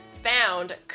found